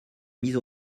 mise